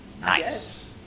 Nice